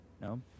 No